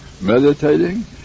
Meditating